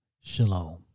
Shalom